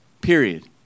Period